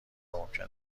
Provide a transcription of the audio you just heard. ممکن